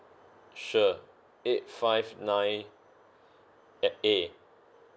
sure eight five nine a~ A